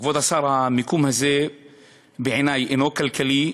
כבוד השר, המיקום הזה בעיני אינו כלכלי,